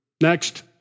Next